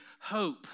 hope